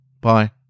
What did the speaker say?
Bye